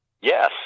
Yes